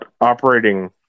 operating